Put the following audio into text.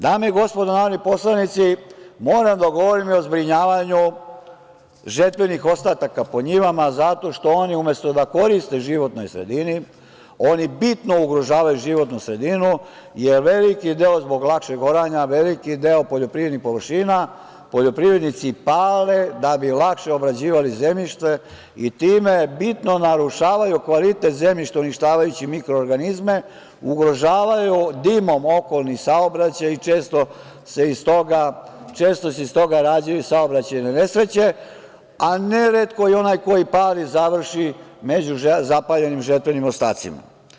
Dame i gospodo narodni poslanici, moram da govorim o zbrinjavanju žetvenih ostataka po njivama zato što oni umesto da koriste životnoj sredini, oni bitno ugrožavaju životnu sredinu, jer veliki deo zbog lakšeg oranja, veliki deo poljoprivrednih površina, poljoprivrednici pale da bi lakše obrađivali zemljište i time bitno narušavaju kvalitet zemljišta, uništavajući mikroorganizme, ugrožavaju dimom okolnih saobraćaja i često se iz toga rađaju saobraćajne nesreće, a neretko i onaj koji pali završi među zapaljenim žetvenim ostacima.